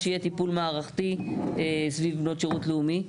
שיהיה טיפול מערכתי סביב בנות שירות לאומי.